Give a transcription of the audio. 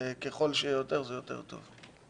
ככל שיהיה סכום מצומצם יותר זה טוב יותר.